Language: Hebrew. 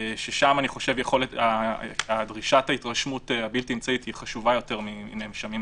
ששם יכולת דרישת ההתרשמות הבלתי-האמצעית חשובה יותר מעצורים